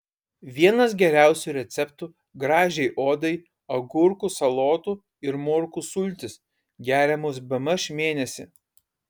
vienas geriausių receptų gražiai odai agurkų salotų ir morkų sultys geriamos bemaž mėnesį